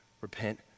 Repent